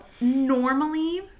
normally